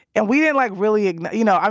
and we didn't, like, really you know, i